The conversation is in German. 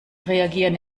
reagieren